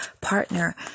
partner